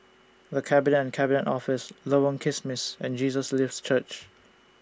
The Cabinet and Cabinet Office Lorong Kismis and Jesus Lives Church